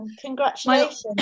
congratulations